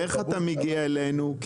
איך אתה מגיע אלינו?